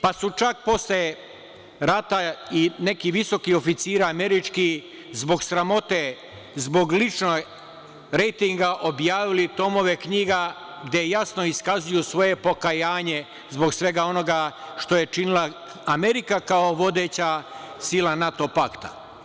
Pa su čak posle rata i neki visoki oficiri američki, zbog sramote, zbog ličnog rejtinga objavili tomove knjiga gde jasno iskazuju svoje pokajanje zbog svega onoga što je činila Amerika, kao vodeća sila NATO pakta.